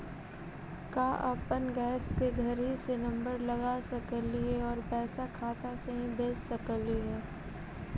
का अपन गैस के घरही से नम्बर लगा सकली हे और पैसा खाता से ही भेज सकली हे?